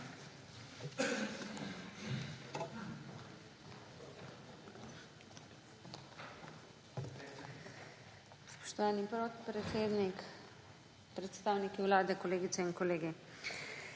Spoštovani podpredsednik, predstavniki Vlade, kolegice in kolegi!